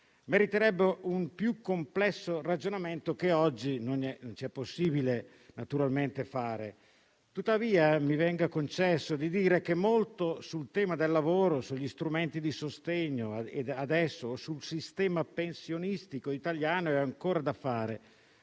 meriterebbe un più complesso ragionamento, che oggi naturalmente non ci è possibile fare. Tuttavia, mi venga concesso di dire che molto sul tema del lavoro, sugli strumenti di sostegno e adesso sul sistema pensionistico italiano è ancora da fare.